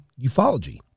ufology